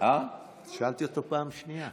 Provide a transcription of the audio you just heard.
שאלתי אותו פעם שנייה.